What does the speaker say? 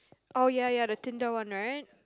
oh ya ya the Tinder one right